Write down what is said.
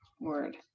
word